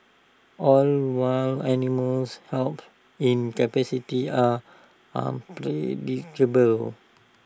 all wild animals help in captivity are unpredictable